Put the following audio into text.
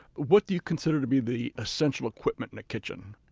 what do you consider to be the essential equipment in a kitchen?